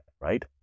right